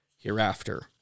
hereafter